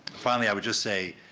finally, i would just say,